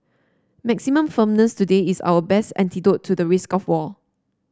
maximum firmness today is our best antidote to the risk of war